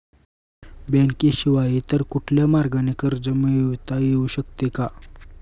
बँकेशिवाय इतर कुठल्या मार्गाने कर्ज मिळविता येऊ शकते का?